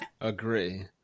Agree